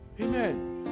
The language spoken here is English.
Amen